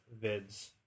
vids